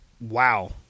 Wow